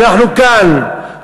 אנחנו כאן,